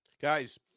guys